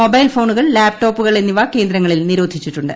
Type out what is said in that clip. mobile ഫോണുകൾ ലാപ്ടോപ്പുകൾ എന്നിവ കേന്ദ്രങ്ങളിൽ നിരോധിച്ചിട്ടുണ്ട്